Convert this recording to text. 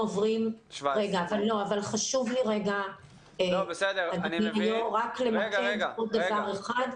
חשוב לי למקד עוד דבר אחד.